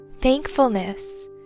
thankfulness